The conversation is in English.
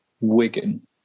Wigan